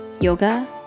yoga